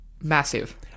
Massive